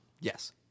Yes